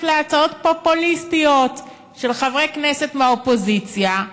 להצעות פופוליסטיות של חברי כנסת מהאופוזיציה: